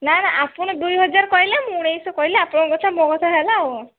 ନା ନା ଆପଣ ଦୁଇ ହଜାର କହିଲେ ମୁଁ ଉଣେଇଶହ କହିଲି ଆପଣଙ୍କ କଥା ମୋ କଥା ହେଲା ଆଉ